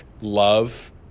love